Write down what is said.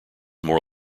more